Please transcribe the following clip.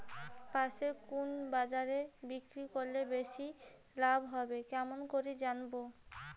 পাশের কুন বাজারে বিক্রি করিলে বেশি লাভ হবে কেমন করি জানবো?